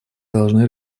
должны